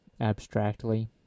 abstractly